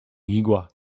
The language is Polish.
igła